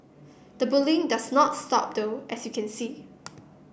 the bullying does not stop though as you can see